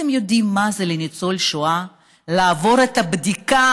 אתם יודעים מה זה לניצול שואה לעבור את הבדיקה